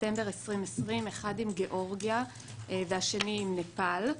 בספטמבר 2020, אחד עם גאורגיה והשני עם נפאל.